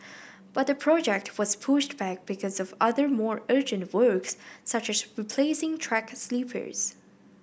but the project was pushed back because of other more urgent works such as replacing track sleepers